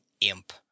imp